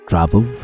Travel